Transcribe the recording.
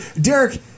Derek